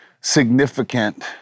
significant